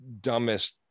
dumbest